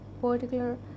particular